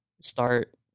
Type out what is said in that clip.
start